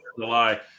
July